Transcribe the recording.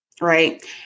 Right